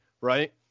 right